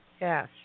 Yes